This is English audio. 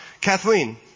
Kathleen